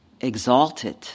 exalted